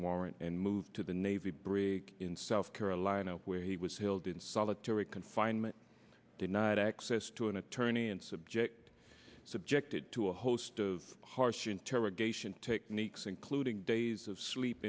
warrant and moved to the navy brig in south carolina where he was held in solitary confinement denied access to an attorney and subject subjected to a host of harsh interrogation techniques including days of sleep